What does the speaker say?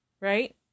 right